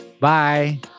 Bye